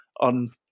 on